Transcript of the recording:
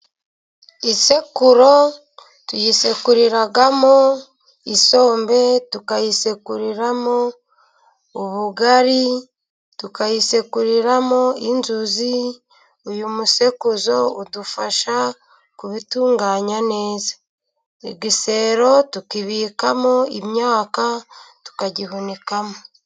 Isekururo tuyisekuriramo isombe, tukayisekuriramo ubugari ,tukayisekuriramo inzuzi , uyu musekuruzo udufasha kubitunganya neza . Igisero tukibikamo imyaka tukagihunikamo.